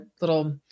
little